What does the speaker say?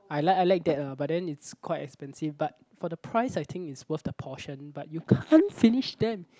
I like I like that eh but then it's quite expensive but for the price I think it's worth the portion but you can't finish them